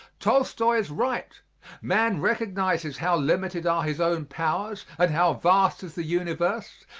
tolstoy is right man recognizes how limited are his own powers and how vast is the universe,